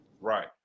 Right